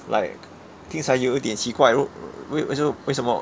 like 听起来有一点奇怪为为什么